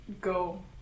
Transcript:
go